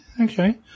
Okay